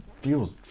feels